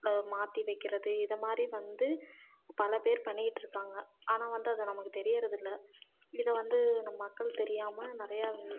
மாற்றி வைக்கிறது இதைமாரி வந்து பல பேர் பண்ணிகிட்ருக்காங்க ஆனால் வந்து அது நமக்கு தெரிகிறதில்ல இதை வந்து நம் மக்கள் தெரியாமல் நிறையா